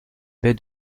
baie